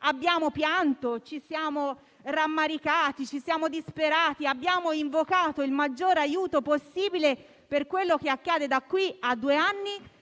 abbiamo pianto, ci siamo rammaricati, ci siamo disperati, abbiamo invocato il maggiore aiuto possibile per quello che accade da due anni